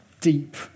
deep